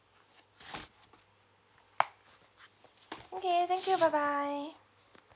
okay thank you bye bye